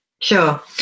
sure